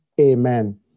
Amen